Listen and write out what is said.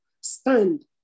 stand